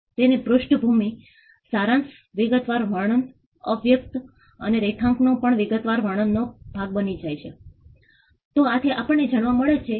વીજ પુરવઠો પણ તે સહેલાઇથી વીજળીકરણ કરી શકે છે અને કરંટ ઇમરજન્સી અથવા પૂરની સ્થિતિ દરમિયાન લોકોને મારી શકે છે